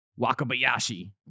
Wakabayashi